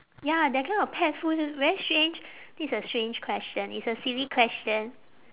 ya that kind of pet food very strange this a strange question it's a silly question